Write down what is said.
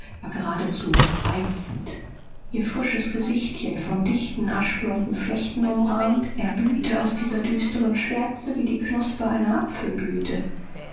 geradezu reizend ihr frisches gesichtchen von dichten aschblonden flechten umrahmt erblühte aus dieser düsteren schwärze wie die knospe einer apfelblüte